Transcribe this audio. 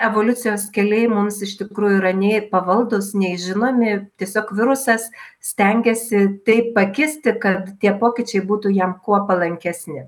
evoliucijos keliai mums iš tikrųjų yra nei pavaldūs nei žinomi tiesiog virusas stengiasi taip pakisti kad tie pokyčiai būtų jam kuo palankesni